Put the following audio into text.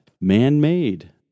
man-made